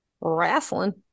Wrestling